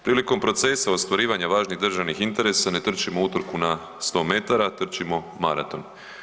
Prilikom procesa ostvarivanja važnih državnih interesa ne trčimo utrku na 100m, trčimo maraton.